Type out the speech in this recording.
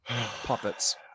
puppets